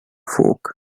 fork